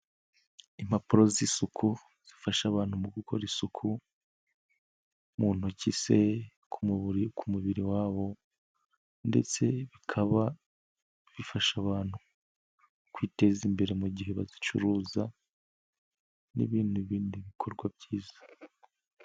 Impapuro z'isuku, zifasha abantu mu gukora isuku mu ntoki se, ku mubiri ku wabo ndetse bikaba bifasha abantu kwiteza imbere, mu gihe bazicuruza n'ibindi bikorwa byiza.